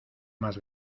más